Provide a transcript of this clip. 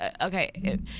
okay